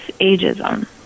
ageism